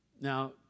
Now